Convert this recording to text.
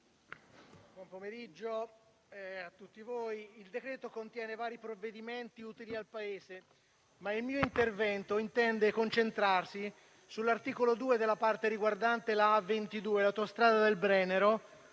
Signor Presidente, il testo del decreto-legge contiene vari provvedimenti utili al Paese, ma il mio intervento intende concentrarsi sull'articolo 2, nella parte riguardante la A22, l'autostrada del Brennero,